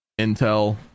Intel